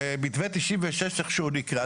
במתווה 1996 איך שהוא נקרא,